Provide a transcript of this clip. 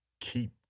keep